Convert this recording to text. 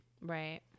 Right